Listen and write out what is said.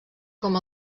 com